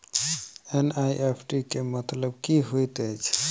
NEFT केँ मतलब की होइत अछि?